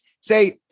Say